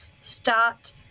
start